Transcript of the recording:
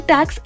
Tax